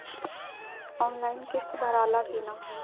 Online किस्त भराला कि ना?